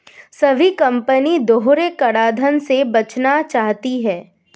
सभी कंपनी दोहरे कराधान से बचना चाहती है